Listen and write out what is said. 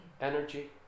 energy